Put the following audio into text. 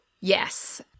Yes